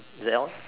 well